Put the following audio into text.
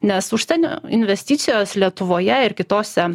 nes užsienio investicijos lietuvoje ir kitose